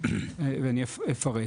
ואני אפרט.